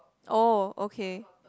oh okay